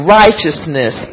righteousness